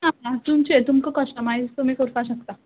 आ तुमचे तुमकां कस्टमायज तुमी करपाक शकता